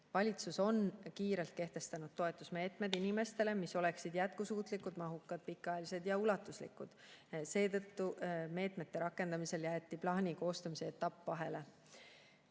Valitsus on kiirelt kehtestanud toetusmeetmed inimestele, mis oleksid jätkusuutlikud, mahukad, pikaajalised ja ulatuslikud. Seetõttu jäeti meetmete rakendamisel plaani koostamise etapp vahele.